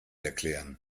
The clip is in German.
erklären